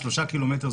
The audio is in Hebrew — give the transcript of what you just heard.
3 קילומטר,